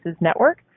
Network